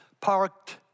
parked